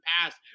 past